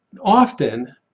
often